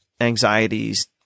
anxieties